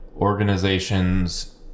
organizations